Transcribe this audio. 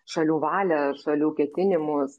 šalių valią ar šalių ketinimus